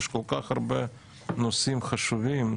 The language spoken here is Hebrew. יש כל כך הרבה נושאים חשובים.